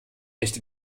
nicht